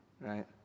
right